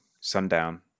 sundown